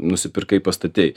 nusipirkai pastatei